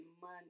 money